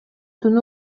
түнү